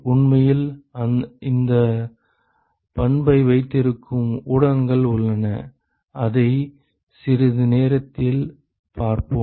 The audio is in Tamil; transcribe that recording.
உண்மையில் இந்த பண்பை வைத்திருக்கும் ஊடகங்கள் உள்ளன அதை சிறிது நேரத்தில் பார்ப்போம்